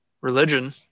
religion